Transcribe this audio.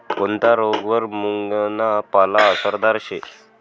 कोनता रोगवर मुंगना पाला आसरदार शे